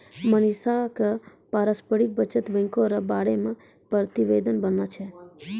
मनीषा क पारस्परिक बचत बैंको र बारे मे प्रतिवेदन बनाना छै